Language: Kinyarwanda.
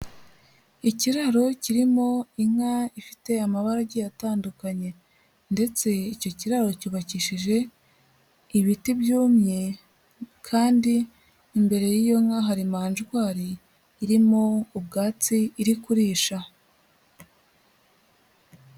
Ikiraro kirimo inka ifite amabara agiye atandukanye ndetse icyo kiraro cyubakishije ibiti byumye kandi imbere y'iyo nka hari manjwari irimo ubwatsi iri kurisha.